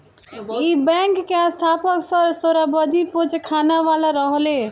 इ बैंक के स्थापक सर सोराबजी पोचखानावाला रहले